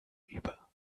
über